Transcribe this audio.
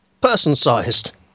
person-sized